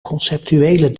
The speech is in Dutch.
conceptuele